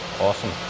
Awesome